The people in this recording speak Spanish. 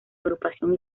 agrupación